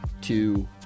two